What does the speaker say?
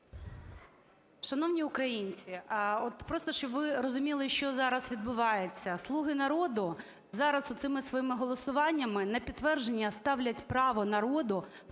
Шановні українці! От просто щоб ви розуміли, що зараз відбувається. "Слуги народу" зараз оцими своїми голосуваннями "на підтвердження" ставлять право народу